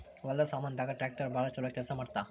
ಹೊಲದ ಸಾಮಾನ್ ದಾಗ ಟ್ರಾಕ್ಟರ್ ಬಾಳ ಚೊಲೊ ಕೇಲ್ಸ ಮಾಡುತ್ತ